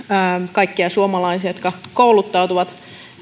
kaikkia suomalaisia jotka kouluttautuvat